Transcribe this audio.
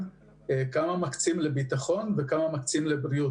הוא כמה מקצים לביטחון וכמה מקצים לבריאות.